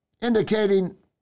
indicating